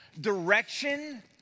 direction